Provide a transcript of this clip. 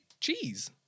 Cheese